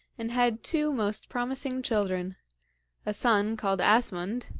and had two most promising children a son called asmund,